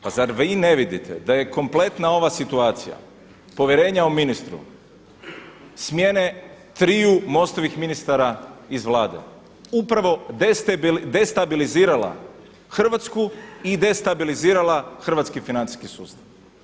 Pa zar vi ne vidite da je kompletna ova situacija povjerenja o ministru smjene triju MOST-ovih ministara iz Vlade upravo destabilizirala Hrvatsku i destabilizirala hrvatski financijski sustav.